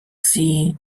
see